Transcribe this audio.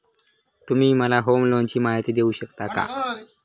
तुम्ही मला होम लोनची माहिती देऊ शकता का?